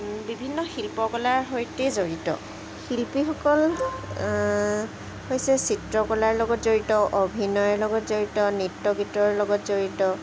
বিভিন্ন শিল্পকলাৰ সৈতে জড়িত শিল্পীসকল হৈছে চিত্ৰকলাৰ লগত জড়িত অভিনয়ৰ লগত জড়িত নৃত্য গীতৰ লগত জড়িত